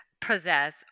possess